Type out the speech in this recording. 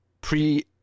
pre